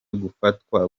gufatwa